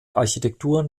architekturen